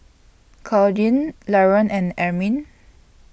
Claudine Laron and Amin